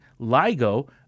LIGO